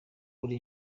uri